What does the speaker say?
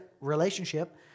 relationship